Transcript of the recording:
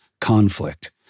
conflict